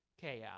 Chaos